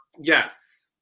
yes.